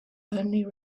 only